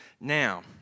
now